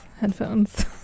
headphones